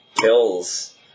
kills